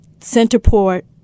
Centerport